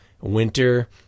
Winter